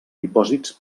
dipòsits